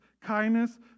kindness